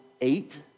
eight